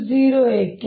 B 0 ಏಕೆ